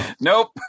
Nope